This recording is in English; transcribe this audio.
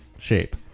Shape